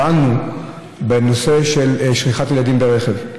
פעלנו בנושא של שכיחת ילדים ברכב,